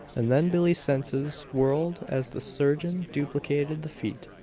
and then billie's senses whirled as the surgeon duplicated the feat.